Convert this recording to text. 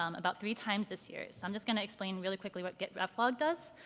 um about three times this year. so i'm just going to explain really quickly what git reflog does.